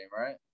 right